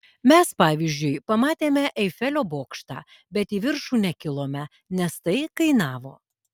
mes pavyzdžiui pamatėme eifelio bokštą bet į viršų nekilome nes tai kainavo